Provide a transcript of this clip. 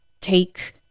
take